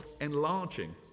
enlarging